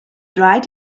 dried